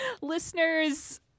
Listeners